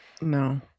no